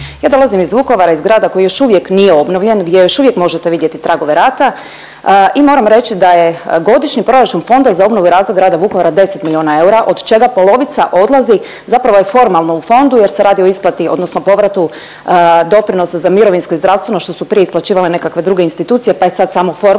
Ja dolazim iz Vukovara, iz grada koji još uvijek nije obnovljen, gdje još uvijek možete vidjeti tragove rata i moram reći da je godišnji proračun Fonda za obnovu i razvoj grada Vukovara 10 milijuna eura, od čega polovica odlazi, zapravo je formalno u fondu jer se radi o isplati odnosno povratu doprinosa za mirovinsko i zdravstveno, što su prije isplaćivale nekakve druge institucije, pa je sad samo formalno,